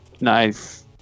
Nice